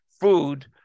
food